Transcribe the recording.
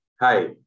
Hi